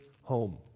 home